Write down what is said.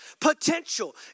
Potential